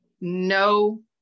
no